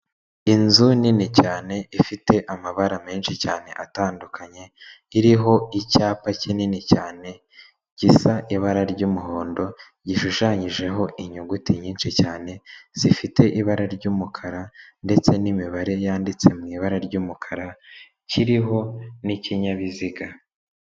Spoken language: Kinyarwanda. Inzu nini cyane ifite amabara menshi cyane atandukanye, iriho icyapa kinini cyane gisa ibara ry'umuhondo gishushanyijeho inyuguti nyinshi cyane, zifite ibara ry'umukara ndetse n'imibare yanditse mu ibara ry'umukara kiriho n'ikinyabiziga.